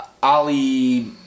Ali